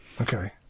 okay